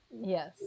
Yes